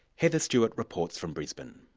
heather stewart reports from brisbane.